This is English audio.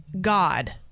God